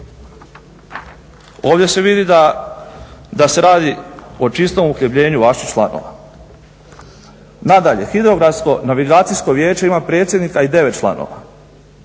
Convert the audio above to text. Ovdje se vidi da se radi o čistom uhljebljenju vaših članova. Nadalje, Hidrografsko navigacijsko vijeće ima predsjednika i 9 članova.